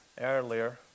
earlier